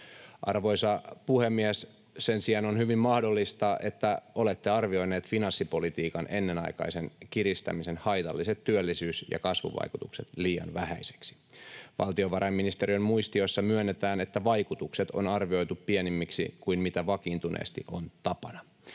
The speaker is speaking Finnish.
Arvoisa puhemies! Sen sijaan on hyvin mahdollista, että olette arvioineet finanssipolitiikan ennenaikaisen kiristämisen haitalliset työllisyys- ja kasvuvaikutukset liian vähäisiksi. Valtiovarainministeriön muistiossa myönnetään, että vaikutukset on arvioitu pienemmiksi kuin mitä vakiintuneesti on tapana.